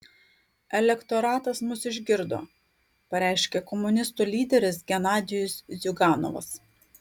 elektoratas mus išgirdo pareiškė komunistų lyderis genadijus ziuganovas